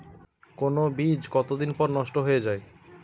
কোন বীজ কতদিন পর নষ্ট হয়ে য়ায়?